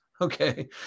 okay